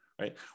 right